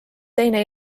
teine